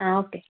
ആ ഓക്കേ